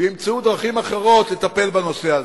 וימצאו דרכים אחרות לטפל בנושא הזה.